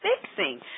fixing